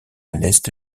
l’est